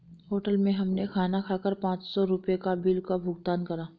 hotel में हमने खाना खाकर पाँच सौ रुपयों के बिल का भुगतान करा